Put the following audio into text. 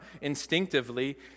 instinctively